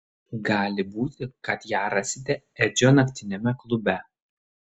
gali būti kad ją rasite edžio naktiniame klube